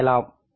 வரையலாம்